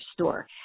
store